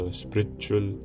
spiritual